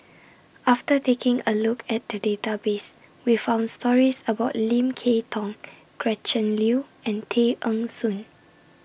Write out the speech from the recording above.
after taking A Look At The Database We found stories about Lim Kay Tong Gretchen Liu and Tay Eng Soon